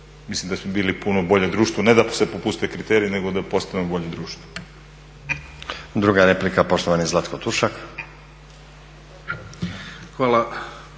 mislim da bi bili puno bolje društvo ne da se popuste kriteriji nego da postanemo bolje društvo.